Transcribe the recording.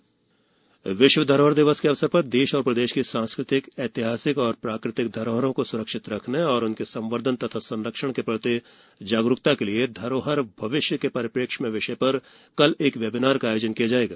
विश्व धरोहर दिवस विश्व धरोहर दिवस के अवसर पर देश और प्रदेश की सांस्कृतिक ऐतिहासिक और प्राकृतिक धरोहरों को स्रक्षित रखने और उनके संवर्धन और संरक्षण के प्रति जागरूकता के लिए धरोहर भविष्य के परिपेक्ष्य में विषय पर कल वेबिनार का आयोजन किया जाएगा